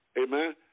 Amen